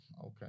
Okay